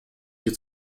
się